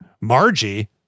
Margie